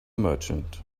merchant